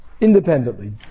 independently